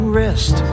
rest